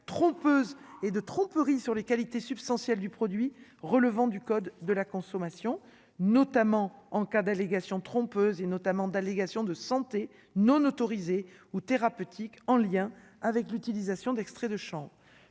trompeuse et de tromperie sur les qualités substantielles du produit relevant du code de la consommation, notamment en cas d'allégations trompeuses et notamment d'allégations de santé non autorisées ou thérapeutiques en lien avec l'utilisation d'extraits de chant